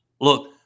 Look